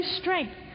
strength